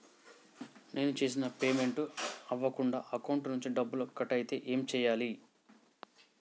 నేను చేసిన పేమెంట్ అవ్వకుండా అకౌంట్ నుంచి డబ్బులు కట్ అయితే ఏం చేయాలి?